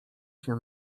się